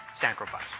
sacrifice